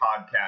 podcast